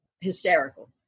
Hysterical